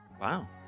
Wow